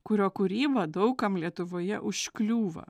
kurio kūryba daug kam lietuvoje užkliūva